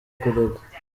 kurega